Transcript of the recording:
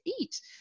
eat